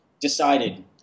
decided